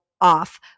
off